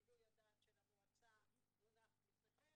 גילוי הדעת של המועצה מונח לפניכם,